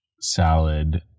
salad